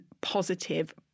positive